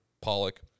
pollock